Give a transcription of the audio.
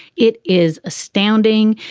it is astounding.